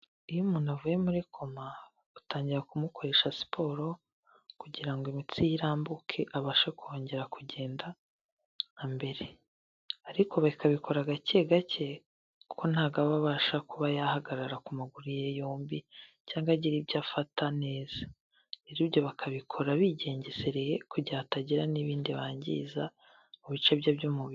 Iyo umuntu avuye muri koma batangira kumukoresha siporo kugira ngo imitsi ye irambuke abashe kongera kugenda nka mbere, ariko bakabikora gake gake kuko ntabwo aba abasha kuba yahagarara ku maguru ye yombi cyangwa agira ibyo afata neza, rero ibyo bakabikora bigengesereye kugira hatagira n'ibindi bangiza mu bice bye by'umubiri.